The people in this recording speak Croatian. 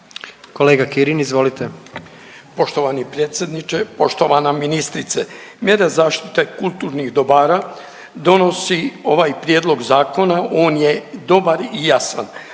**Kirin, Ivan (HDZ)** Poštovani predsjedniče, poštovana ministrice. Mjere zaštite kulturnih dobara donosi ovaj Prijedlog zakona, on je dobar i jasan.